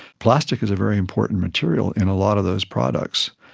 plastic is a very important material in a lot of those products.